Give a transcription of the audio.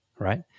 right